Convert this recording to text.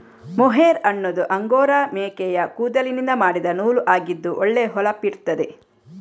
mohair ಅನ್ನುದು angora ಮೇಕೆಯ ಕೂದಲಿನಿಂದ ಮಾಡಿದ ನೂಲು ಆಗಿದ್ದು ಒಳ್ಳೆ ಹೊಳಪಿರ್ತದೆ